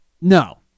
No